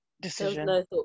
decision